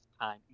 time